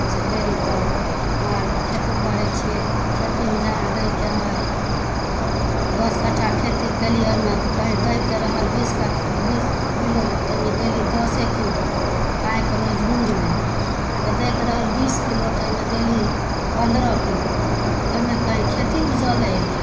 जे देली तऽ ओ माल खेती करै छियै खेतीमे जहाँ दैके हइ दस कट्ठा खेती केलियै ओहिमे दैके रहल बीस बीस किलो ताहिमे देली दसे किलो पाइके मजबूरीमे अगर दैके रहल बीस किलो तऽ ओहिमे देली पन्द्रह किलो ओहिमे कहीँ खेती उपजलै हइ